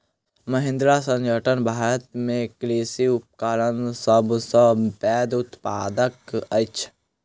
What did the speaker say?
महिंद्रा संगठन भारत में कृषि उपकरणक सब सॅ पैघ उत्पादक अछि